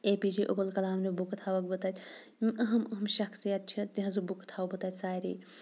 A P J Abdul Kalam نہِ بُکہٕ تھاوَکھ بہٕ تَتہِ یِم اہَم اہَم شخصیت چھِ تِہٕنٛزٕ بُکہٕ تھاوٕ بہٕ تَتہِ سارے